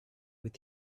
with